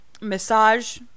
Massage